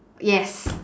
yes